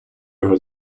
його